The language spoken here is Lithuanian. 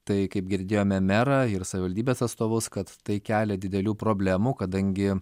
tai kaip girdėjome merą ir savivaldybės atstovus kad tai kelia didelių problemų kadangi